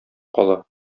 кала